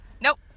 Nope